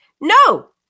No